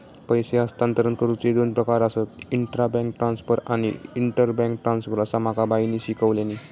पैसे हस्तांतरण करुचे दोन प्रकार आसत, इंट्रा बैंक ट्रांसफर आणि इंटर बैंक ट्रांसफर, असा माका बाईंनी शिकवल्यानी